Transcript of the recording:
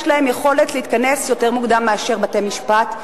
יש להן יכולת להתכנס יותר מוקדם מאשר בתי-משפט,